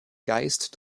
geist